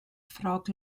ffrog